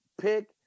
pick